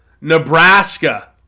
Nebraska